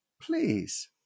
Please